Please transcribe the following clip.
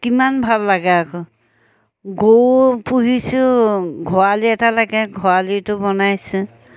কিমান ভাল লাগে আকৌ গৰু পুহিছোঁ ঘৰালি এটা লাগে ঘৰালিটো বনাইছোঁ